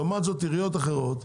לעומת זאת עיריות אחרות,